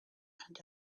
and